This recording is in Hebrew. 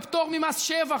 בפטור ממס שבח.